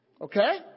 Okay